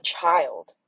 child